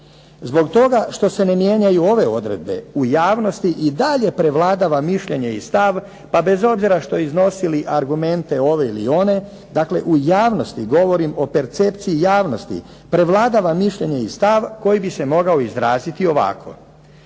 Zbog toga što se ne mijenjaju ove odredbe, u javnosti i dalje prevladala mišljenje i stav, pa bez obzira što iznosili argumente ove ili one, dakle u javnosti, govorim o percepciji javnosti, prevladava mišljenje i stav koji bi se mogao izraziti ovako.